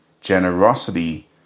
generosity